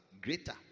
Greater